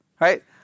Right